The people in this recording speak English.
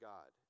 God